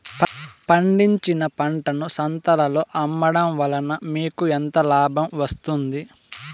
పండించిన పంటను సంతలలో అమ్మడం వలన మీకు ఎంత లాభం వస్తుంది?